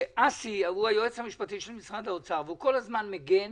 אסי הוא היועץ המשפטי של משרד האוצר והוא כל הזמן מגן